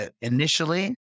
initially